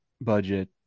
budget